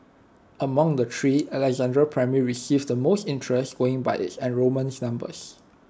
among the three Alexandra primary received the most interest going by its enrolment numbers